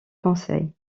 conseil